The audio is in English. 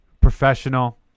professional –